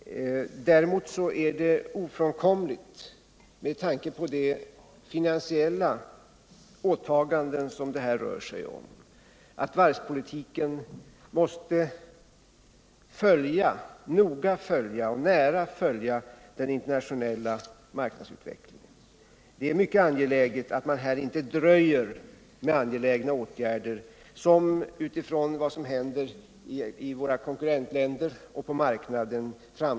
Däremot är det, med tanke på de finansiella åtaganden det här rör sig om, ofrånkomligt att varvspolitiken nära följer den internationella marknadsutvecklingen. Det är mycket viktigt att man inte dröjer med att vidta åtgärder som är angelägna med tanke på vad som händer i våra konkurrentländer och på marknaden.